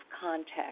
context